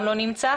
לא נמצא.